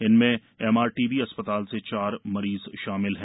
इनमें एमआरटीबी अस्पताल से चार मरीज शामिल हैं